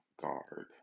guard